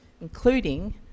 including